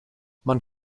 man